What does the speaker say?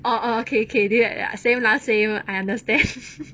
orh orh okay okay did right yah same lah same I understand